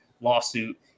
lawsuit